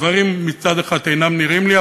דברים מצד אחד אינם נראים לי,